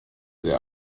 der